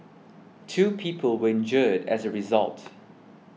two people were injured as a result